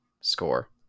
score